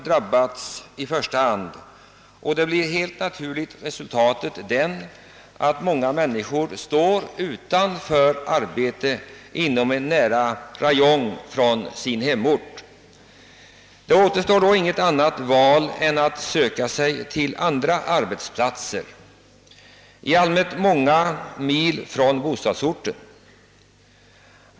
drabbats i första hand, och då blir resultatet, att många människor står utan arbetsmöjligheter nära hemorten. För dem återstår då ingenting annat än att söka sig till andra arbetsplatser, i allmänhet belägna många mil från bostadsorten.